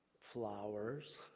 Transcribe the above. flowers